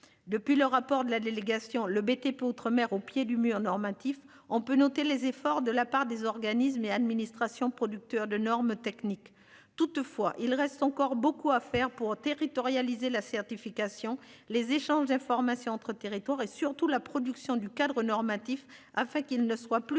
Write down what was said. Depuis le rapport de la délégation, le BTP outre-mer au pied du mur normatif. On peut noter les efforts de la part des organismes et administrations producteur de normes techniques. Toutefois il reste encore beaucoup à faire pour territorialisée la certification, les échanges d'informations entre territoires et surtout la production du cadre normatif afin qu'ils ne soient plus